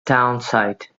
townsite